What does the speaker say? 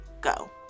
Go